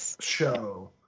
show